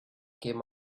came